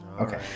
Okay